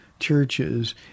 churches